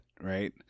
right